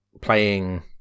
playing